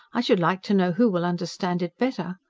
i should like to know who will understand it better.